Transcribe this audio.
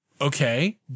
Okay